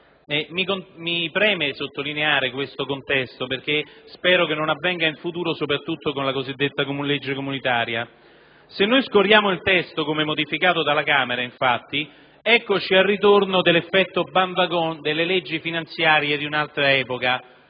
Mi preme sottolineare tale contesto, perché spero che non si ripeta in futuro, soprattutto per la legge comunitaria. Se scorriamo il testo come modificato dalla Camera, eccoci al ritorno all'effetto *band wagon* delle leggi finanziarie di un'altra epoca: